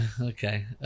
okay